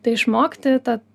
tai išmokti ta